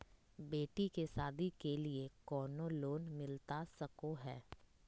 बेटी के सादी के लिए कोनो लोन मिलता सको है?